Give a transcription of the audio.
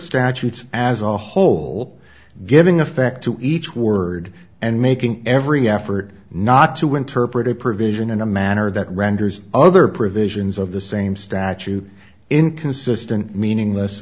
statutes as a whole giving effect to each word and making every effort not to interpret a provision in a manner that renders other provisions of the same statute inconsistent meaningless